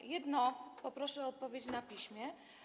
Na jedno poproszę o odpowiedź na piśmie.